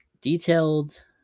detailed